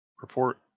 report